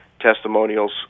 testimonials